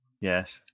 Yes